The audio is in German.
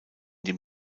dem